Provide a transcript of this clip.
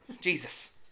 Jesus